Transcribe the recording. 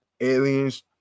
aliens